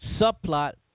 subplot